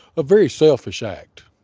a very selfish act